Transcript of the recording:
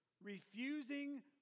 Refusing